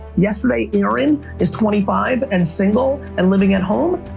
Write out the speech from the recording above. yesterday, aaron is twenty five and single, and living at home,